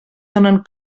donen